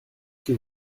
que